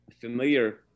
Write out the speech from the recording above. familiar